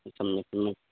सम्यक् सम्यक्